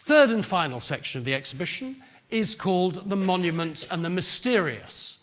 third and final section of the exhibition is called the monument and the mysterious.